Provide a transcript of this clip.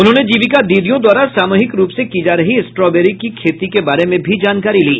उन्होंने जीविका दीदीयों द्वारा सामूहिक रूप से की जा रही स्ट्रॉबरी की खेती के बारे में भी जानकारी ली